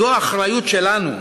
זו אחריות שלנו,